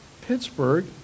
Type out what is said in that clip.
Pittsburgh